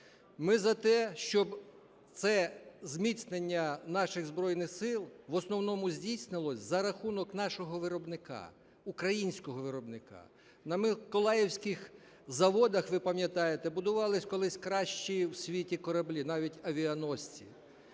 Ми за те, щоб це зміцнення наших Збройних Сил в основному здійснювалося за рахунок нашого виробника, українського виробника. На миколаївських заводах, ви пам'ятаєте, будувалися колись кращі в світі кораблі, навіть авіаносці.